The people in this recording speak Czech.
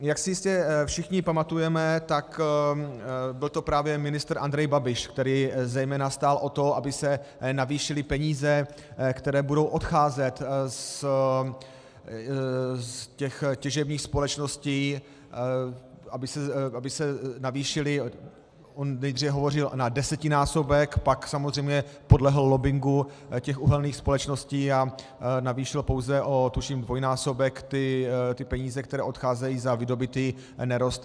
Jak si jistě všichni pamatujeme, tak byl to právě ministr Andrej Babiš, který zejména stál o to, aby se navýšily peníze, které budou odcházet z těžebních společností, aby se navýšily on nejdříve hovořil na desetinásobek, pak samozřejmě podlehl lobbingu uhelných společností a navýšil pouze o tuším dvojnásobek ty peníze, které odcházejí za vydobytý nerost.